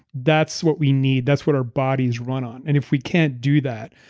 that's what we need. that's what our bodies run on. and if we can't do that,